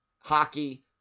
hockey